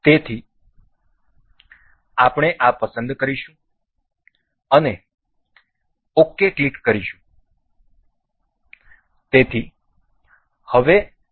તો આપણે આ પસંદ કરીશું અને OK ક્લિક કરીશું